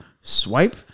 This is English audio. Swipe